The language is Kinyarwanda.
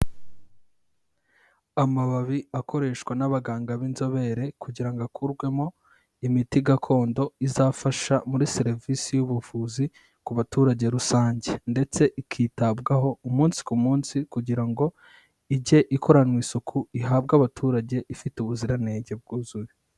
Amababi akoreshwa n'abaganga b'inzobere kugira ngo akurwemo imiti gakondo izafasha muri serivise y'ubuvuzi ku baturage rusange ndetse ikitabwaho umunsi ku munsi kugira ngo ijye ikoranwa isuku, ihabwe abaturage ifite ubuziranenge bwuzuye.